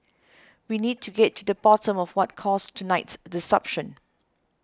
we need to get to the bottom of what caused tonight's disruption